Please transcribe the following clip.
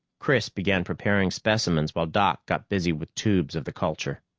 chris began preparing specimens, while doc got busy with tubes of the culture.